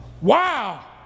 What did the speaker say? Wow